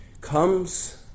comes